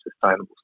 sustainable